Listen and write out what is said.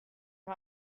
him